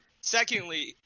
secondly